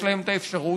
יש להם את האפשרות,